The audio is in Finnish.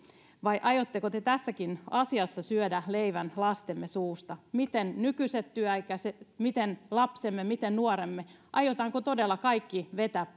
vai aiotteko te tässäkin asiassa syödä leivän lastemme suusta miten nykyiset työikäiset miten lapsemme miten nuoremme aiotaanko todella kaikki vetää